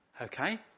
Okay